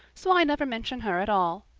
so i never mention her at all.